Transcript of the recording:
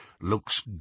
Looks